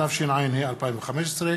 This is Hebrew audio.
התשע"ה 2015,